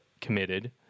committed